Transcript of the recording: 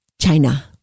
China